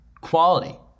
quality